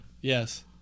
Yes